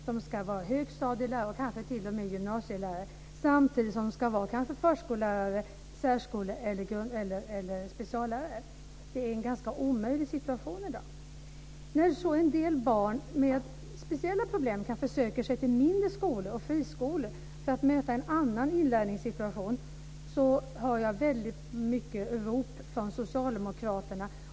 De ska vara högstadielärare och kanske t.o.m. gymnasielärare, samtidigt som de ska vara förskollärare, särskollärare eller speciallärare. Det är en ganska omöjlig situation i dag. När så en del barn med speciella problem söker sig till mindre skolor och friskolor för att möta en annan inlärningssituation hör jag väldigt många rop från socialdemokraterna.